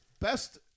best